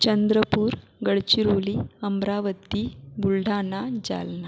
Chandrapur Gadchiroli Amravati Buldhana Jalna